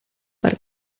per